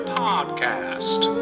podcast